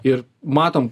ir matom